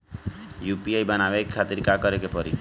UPI बनावे के खातिर का करे के पड़ी?